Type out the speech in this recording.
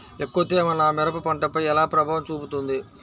ఎక్కువ తేమ నా మిరప పంటపై ఎలా ప్రభావం చూపుతుంది?